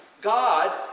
God